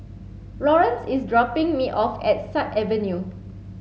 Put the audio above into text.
Lawrence is dropping me off at Sut Avenue